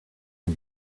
can